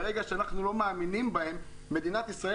אבל ברגע שאנחנו לא מאמינים בהם מדינת ישראל